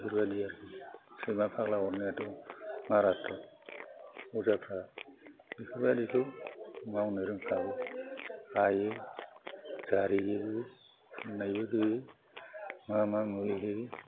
बेफोरबायदि आरो सैमा फाग्ला अरनायाथ' माराथ्थ' अजाफ्रा बेफोरबायदिखौ मावनो रोंखागौ हायो जारियोबो फुननायबो होयो मा मा मुलि होयो